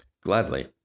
Gladly